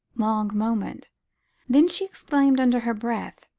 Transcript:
long moment then she exclaimed under her breath,